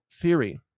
theory